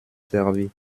servi